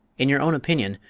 in your own opinion,